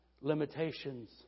limitations